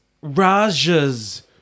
Raja's